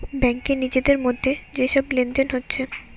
ব্যাংকে নিজেদের মধ্যে যে সব লেনদেন হচ্ছে